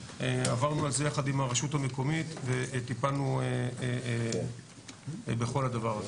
עברנו על זה יחד עם הרשות המקומית וטיפלנו בכל הדבר הזה.